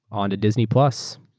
on to disney plus.